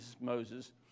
Moses